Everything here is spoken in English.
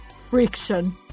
friction